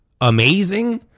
amazing